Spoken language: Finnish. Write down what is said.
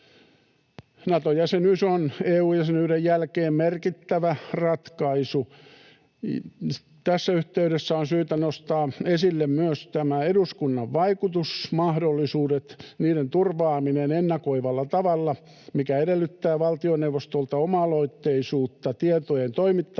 Nato-jäsenyys on EU-jäsenyyden jälkeen merkittävä ratkaisu. Tässä yhteydessä on syytä nostaa esille myös eduskunnan vaikutusmahdollisuudet, niiden turvaaminen ennakoivalla tavalla, mikä edellyttää valtioneuvostolta oma-aloitteisuutta tietojen toimittamisessa